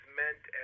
meant